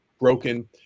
broken